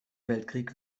weltkrieg